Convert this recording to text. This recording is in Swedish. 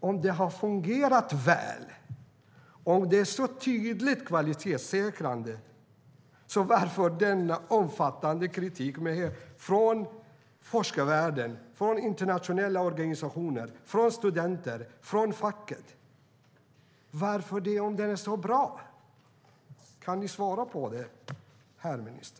Om det har fungerat väl och är så tydligt kvalitetsdrivande, varför kommer då denna omfattande kritik från forskarvärlden, internationella organisationer, studenter och facket? Om det är så bra, varför kommer då kritiken? Kan ni svara på det, herr minister?